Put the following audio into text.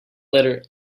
letter